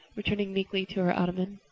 returning meekly to her ottoman.